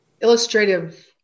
Illustrative